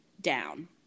down